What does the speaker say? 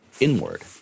inward